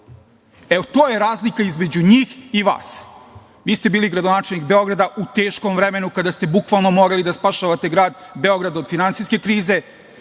Evo, to je razlika između njih i vas. Vi ste bili gradonačelnik Beograda u teškom vremenu kada ste bukvalno morali da spašavate Grad Beograd od finansijske krize.